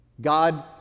God